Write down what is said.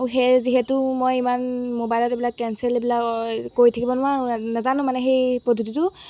সেয়ে যিহেতু মই ইমান মোবাইলত এইবিলাক কেঞ্চেল এইবিলাক কৰি থাকিব নোৱাৰোঁ নাজানো মানে সেই পদ্ধতিটো